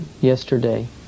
yesterday